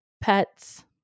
pets